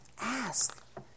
ask